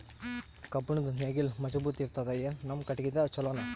ಕಬ್ಬುಣದ್ ನೇಗಿಲ್ ಮಜಬೂತ ಇರತದಾ, ಏನ ನಮ್ಮ ಕಟಗಿದೇ ಚಲೋನಾ?